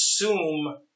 assume